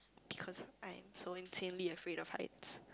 because I'm so insanely afraid of height